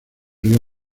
río